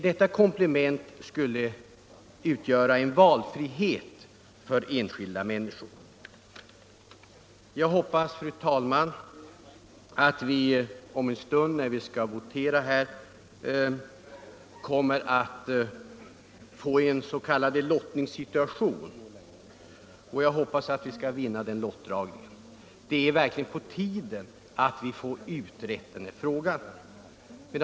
Detta komplement skulle utgöra en valfrihet för enskilda människor. Jag hoppas, fru talman, att vi om en stund, när vi skall votera, kommer att få en s.k. lottningssituation, och jag hoppas att vi skall vinna lottdragningen. Det är verkligen på tiden att vi får den här frågan utredd.